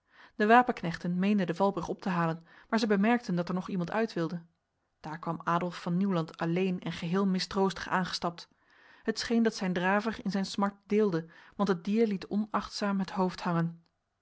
de wapenknechten meenden de valbrug op te halen maar zij bemerkten dat er nog iemand uit wilde daar kwam adolf van nieuwland alleen en geheel mistroostig aangestapt het scheen dat zijn draver in zijn smart deelde want het dier liet onachtzaam het hoofd hangen